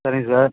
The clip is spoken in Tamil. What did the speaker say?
சரிங்க சார்